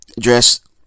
dress